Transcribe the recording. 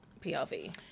PLV